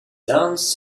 dunes